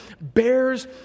bears